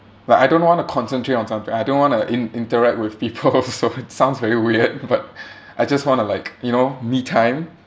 like I don't want to concentrate on something I don't want to in interact with people also it sounds very weird but I just want to like you know me time